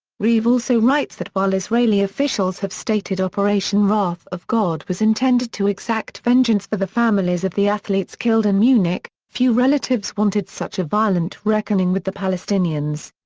reeve also writes that while israeli officials have stated operation wrath of god was intended to exact vengeance for the families of the athletes killed in munich, few relatives wanted such a violent reckoning with the palestinians.